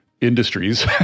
industries